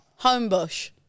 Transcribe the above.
Homebush